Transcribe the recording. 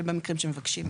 אבל במקרים שמבקשים,